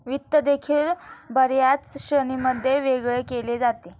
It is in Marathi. वित्त देखील बर्याच श्रेणींमध्ये वेगळे केले जाते